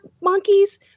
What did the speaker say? monkeys